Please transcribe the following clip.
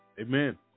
amen